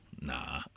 nah